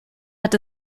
hat